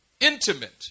intimate